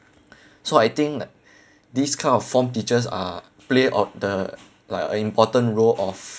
so I think like this kind of form teachers are play of the like important role of